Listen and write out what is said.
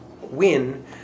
win